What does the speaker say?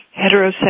heterosexual